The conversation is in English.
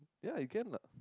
ya you can lah